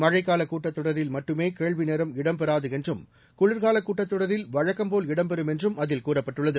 மழைக்கால கூட்டத் தொடரில் மட்டுமே கேள்விநேரம் இடம்பெறாது என்றும் குளிர்கால கூட்டத் தொடரில் வழக்கம்போல் இடம்பெறும் என்றும் அதில் கூறப்பட்டுள்ளது